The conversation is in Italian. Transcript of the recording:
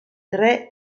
tre